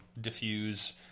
diffuse